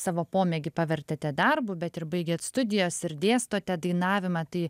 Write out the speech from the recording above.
savo pomėgį pavertėte darbu bet ir baigėt studijas ir dėstote dainavimą tai